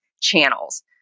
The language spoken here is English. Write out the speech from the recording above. channels